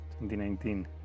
2019